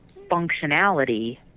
functionality